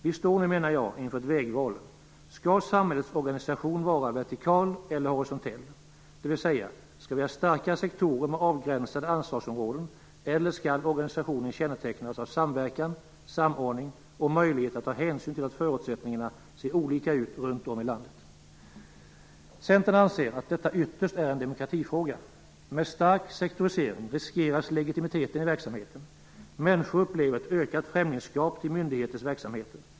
Vi står nu, menar jag, inför ett vägval. Skall samhällets organisation vara vertikal eller horisontell? Skall vi ha starkare sektorer med avgränsade ansvarsområden, eller skall organisationen kännetecknas av samverkan, samordning och möjlighet att ta hänsyn till att förutsättningarna ser olika ut runt om i landet? Centern anser att detta ytterst är en demokratifråga. Med stark sektorisering riskeras legitimiteten i verksamheten. Människor upplever ett ökat främlingsskap inför myndigheternas verksamheter.